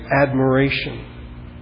admiration